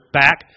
back